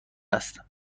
است